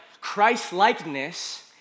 Christ-likeness